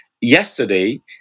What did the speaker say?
yesterday